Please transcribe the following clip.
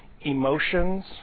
emotions